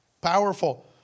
powerful